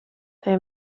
they